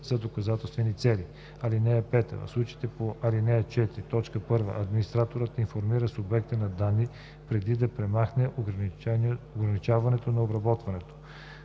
за доказателствени цели. (5) В случаите по ал. 4, т. 1, администраторът информира субекта на данните, преди да премахне ограничаването на обработването.